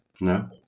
No